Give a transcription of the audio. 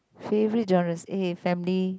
favourite genres eh family